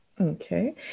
Okay